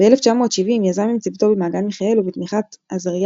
ב-1970 יזם עם צוותו במעגן מיכאל ובתמיכת עזריה